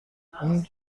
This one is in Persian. اون